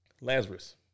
Lazarus